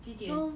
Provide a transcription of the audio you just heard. now